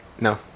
no